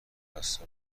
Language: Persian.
مفصل